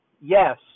yes